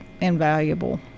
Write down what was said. invaluable